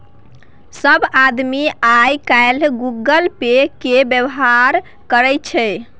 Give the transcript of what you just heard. सभ आदमी आय काल्हि गूगल पे केर व्यवहार करैत छै